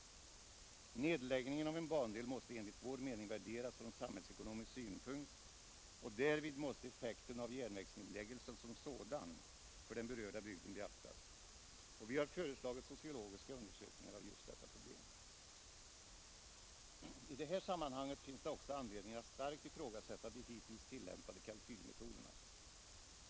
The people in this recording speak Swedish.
Nedläggningen av en bandel måste enligt vår mening värderas från samhällsekonomisk synpunkt, och därvid måste effekten av järnvägsnedläggelsen som sådan för den berörda bygden beaktas. Vi har föreslagit sociologiska undersökningar av just detta problem. Det finns också i detta sammanhang anledning att starkt ifrågasätta de hittills tillämpade kalkylmetoderna.